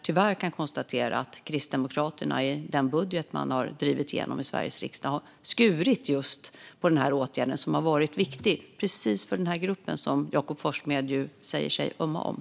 Tyvärr kan jag konstatera att Kristdemokraterna i den budget man drivit igenom i Sveriges riksdag har skurit på just denna åtgärd, som har varit viktig för precis den här gruppen, som Jakob Forssmed säger sig ömma för.